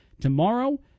tomorrow